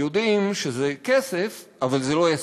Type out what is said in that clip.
יודעים שזה כסף אבל זה לא יספיק.